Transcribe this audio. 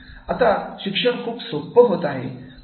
आता शिक्षण खूप सोप्प होत आहे